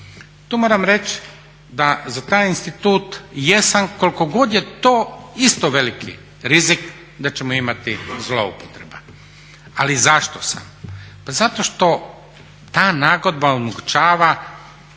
tu moram reć da za taj institut jesam koliko god je to isto veliki rizik da ćemo imati zloupotreba. Ali zašto sam? Pa zato što ta nagodba omogućava